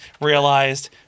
realized